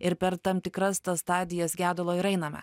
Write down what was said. ir per tam tikras tas stadijas gedulo ir einame